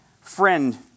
Friend